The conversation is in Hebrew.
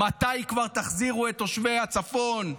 מתי כבר תחזירו את תושבי הצפון?